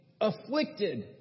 afflicted